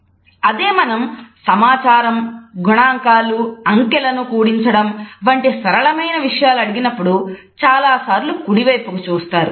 అదే మనం సమాచారం గణాంకాలు అంకెలను కూడించడం వంటి సరళమైన విషయాలు అడిగినప్పుడు చాలాసార్లు కుడి వైపుకి చూస్తారు